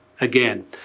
again